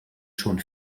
schon